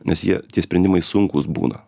nes jie tie sprendimai sunkūs būna